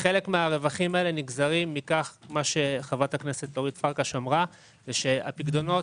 חלק מהרווחים הללו נגזרים מכך חברת הכנסת פרקש אמרה הפיקדונות